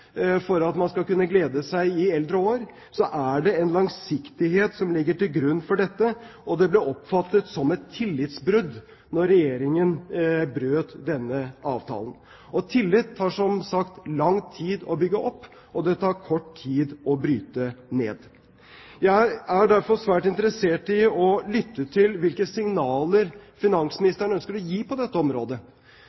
for at man skal kunne glede seg i eldre år, er det en langsiktighet som ligger til grunn for dette, og det ble oppfattet som et tillitsbrudd da Regjeringen brøt denne avtalen. Tillit tar det som sagt lang tid å bygge opp, og det tar kort tid å bryte den ned. Jeg er derfor svært interessert i å lytte til hvilke signaler